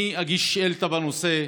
אני אגיש שאילתה בנושא,